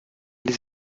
les